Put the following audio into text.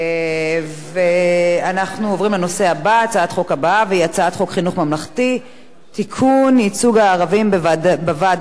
הצעת חוק חינוך ממלכתי (תיקון ייצוג הערבים בוועד החינוך).